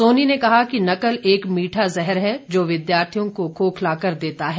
सोनी ने कहा कि नकल एक मीठा ज़हर है जो विद्यार्थियों को खोखला कर देता है